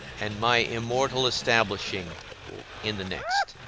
and my immortal establishing in the next.